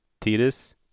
Titus